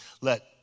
let